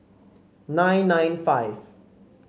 nine nine five